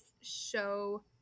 show